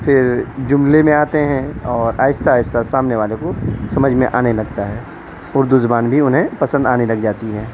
پھر جملہ میں آتے ہیں اور آہستہ آہستہ سامنے والے کو سمجھ میں آنے لگتا ہے اردو زبان بھی انہیں پسند آنے لگ جاتی ہے